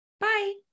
Bye